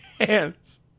hands